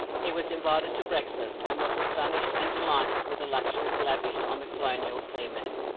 he was invited to breakfast, and was astonished and delighted with the luxuries lavished on the colonial seaman.